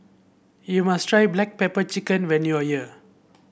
you must try Black Pepper Chicken when you are here